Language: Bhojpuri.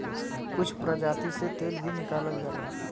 कुछ प्रजाति से तेल भी निकालल जाला